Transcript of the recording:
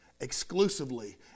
exclusively